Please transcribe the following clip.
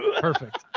Perfect